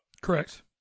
correct